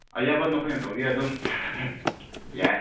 ꯑꯌꯥꯕ ꯅꯈꯣꯏꯅ ꯇꯧꯕꯤꯌꯣ ꯑꯗꯨꯝ ꯌꯥꯏ